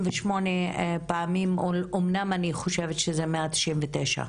198 פעמים, ואני חושבת שזאת בכלל הפעם ה-199.